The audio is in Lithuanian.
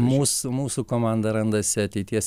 mūsų mūsų komandą randasi ateities